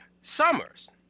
Summers